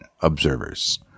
observers